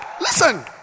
listen